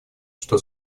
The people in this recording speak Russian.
что